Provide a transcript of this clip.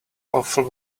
awful